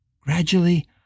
Gradually